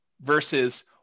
versus